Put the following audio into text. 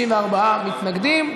54 מתנגדים,